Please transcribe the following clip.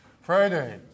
Friday